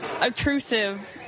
obtrusive